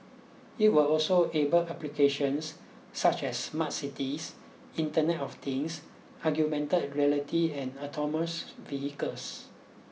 it will also able applications such as smart cities Internet of Things augmented reality and autonomous vehicles